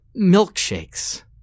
milkshakes